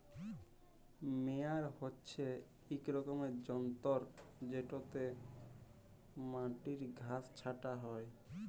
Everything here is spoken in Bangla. মেয়ার হছে ইক রকমের যল্তর যেটতে মাটির ঘাঁস ছাঁটা হ্যয়